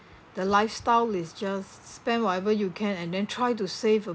the lifestyle is just spend whatever you can and then try to save a